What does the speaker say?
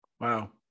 wow